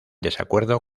desacuerdo